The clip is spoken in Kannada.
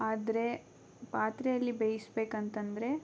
ಆದರೆ ಪಾತ್ರೆಯಲ್ಲಿ ಬೇಯಿಸಬೇಕೆಂತಂದ್ರೆ